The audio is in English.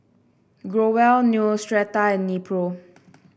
Growell Neostrata and Nepro